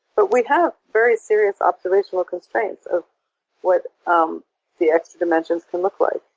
but we have very serious observational constraints so what um the extra dimensions can look like.